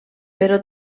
però